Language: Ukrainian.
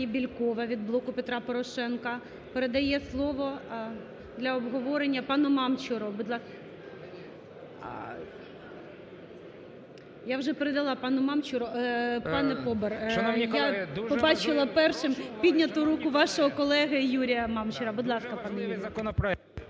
Дуже важливий законопроект.